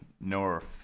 North